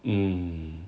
mm